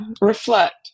Reflect